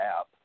app